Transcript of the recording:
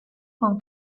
con